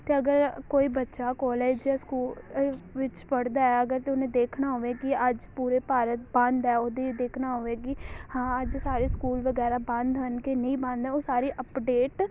ਅਤੇ ਅਗਰ ਕੋਈ ਬੱਚਾ ਕੋਲੇਜ ਜਾਂ ਸਕੂਲ ਵਿੱਚ ਪੜ੍ਹਦਾ ਹੈ ਅਗਰ ਅਤੇ ਉਹਨੇ ਦੇਖਣਾ ਹੋਵੇ ਕਿ ਅੱਜ ਪੂਰੇ ਭਾਰਤ ਬੰਦ ਹੈ ਉਹਦੀ ਦੇਖਣਾ ਹੋਵੇ ਕਿ ਹਾਂ ਅੱਜ ਸਾਰੇ ਸਕੂਲ ਵਗੈਰਾ ਬੰਦ ਹਨ ਕਿ ਨਹੀਂ ਬੰਦ ਉਹ ਸਾਰੇ ਅਪਡੇਟ